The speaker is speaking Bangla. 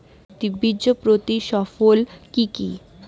দ্বিবীজপত্রী ফসল কি কি?